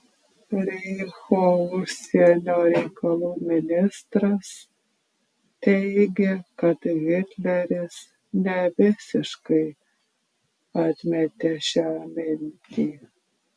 reicho užsienio reikalų ministras teigė kad hitleris nevisiškai atmetė šią mintį